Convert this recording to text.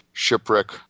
shipwreck